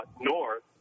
north